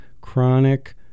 chronic